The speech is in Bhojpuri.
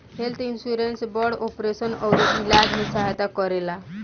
हेल्थ इन्सुरेंस बड़ ऑपरेशन अउरी इलाज में सहायता करेला